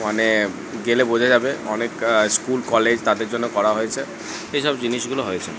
মানে গেলে বোঝা যাবে অনেক স্কুল কলেজ তাদের জন্য করা হয়েছে এসব জিনিসগুলো হয়েছে